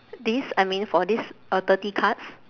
this I mean for this uh thirty cards